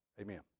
Amen